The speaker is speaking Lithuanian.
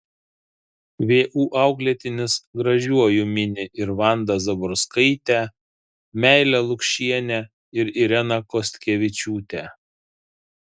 vu auklėtinis gražiuoju mini ir vandą zaborskaitę meilę lukšienę ir ireną kostkevičiūtę